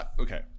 okay